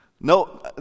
No